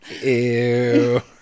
Ew